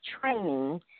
Training